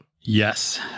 Yes